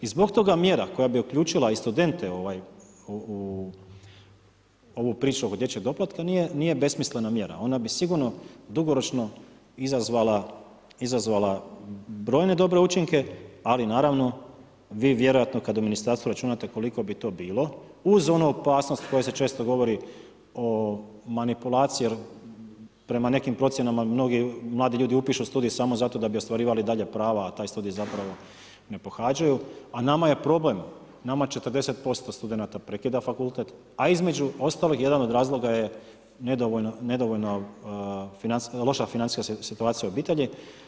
I zbog toga mjera koja bi uključila studente u ovu priču oko dječjeg doplatka nije besmislena mjera, ona bi sigurno dugoročno izazvala brojne dobre učinke, ali naravno vi vjerojatno kad u ministarstvu računate koliko bi to bilo, uz onu opasnost koja se često govori o manipulaciji prema nekim procjenama mnogi mladi ljudi upišu studij samo zato da bi ostvarivali dalje prava, a taj studij zapravo ne pohađaju, a nama je problem, nama 40% studenata prekida fakultet, a između ostalog jedan od razloga je nedovoljno, loša financijska situacija obitelji.